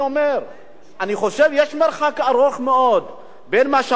יש מרחק גדול מאוד בין שהממשלה מבינה,